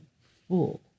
full